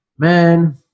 Man